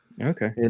Okay